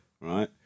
right